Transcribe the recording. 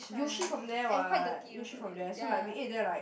Yoshi from there what Yoshi from there so like we ate there like